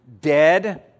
Dead